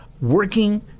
working